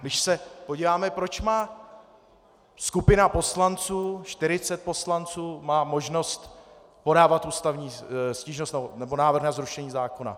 Když se podíváme, proč má skupina poslanců, 40 poslanců, možnost podávat ústavní stížnost nebo návrh na zrušení zákona?